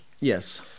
Yes